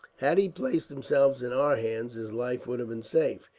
had he placed himself in our hands, his life would have been safe.